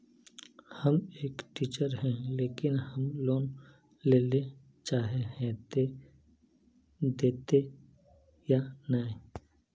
हम एक टीचर है लेकिन हम लोन लेले चाहे है ते देते या नय?